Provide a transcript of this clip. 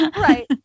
Right